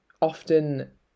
often